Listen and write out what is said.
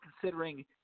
considering